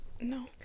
No